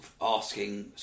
asking